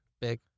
Big